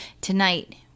tonight